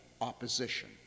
opposition